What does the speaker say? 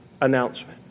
announcement